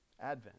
Advent